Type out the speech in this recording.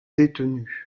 détenus